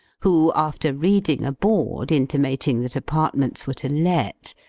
who, after reading a board intimating that apartments were to let,